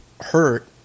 hurt